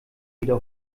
wieder